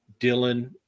Dylan